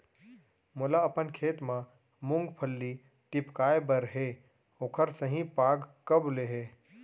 मोला अपन खेत म मूंगफली टिपकाय बर हे ओखर सही पाग कब ले हे?